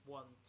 one